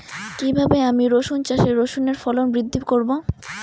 কীভাবে আমি রসুন চাষে রসুনের ফলন বৃদ্ধি করব?